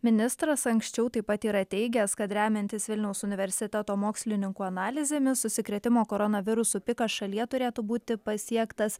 ministras anksčiau taip pat yra teigęs kad remiantis vilniaus universiteto mokslininkų analizėmis užsikrėtimo koronavirusu pikas šalyje turėtų būti pasiektas